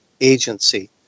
agency